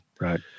Right